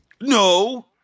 No